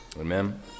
amen